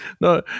no